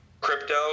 crypto